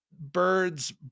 birds